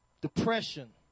Depression